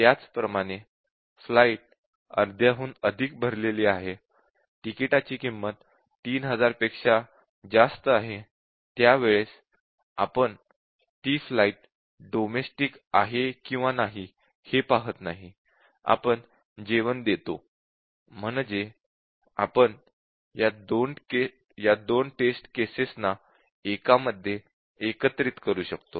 त्याचप्रमाणे फ्लाइट अर्ध्याहून अधिक भरलेली आहे तिकिटाची किंमत 3000 पेक्षा जास्त आहे त्यावेळेस आपण ती फ्लाइट डोमेस्टिक आहे किंवा नाही हे पाहत नाही आपण जेवण देतो म्हणजे आपण या दोन टेस्ट केसेस ना एकामध्ये एकत्र करू शकतो